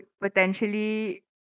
potentially